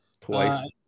Twice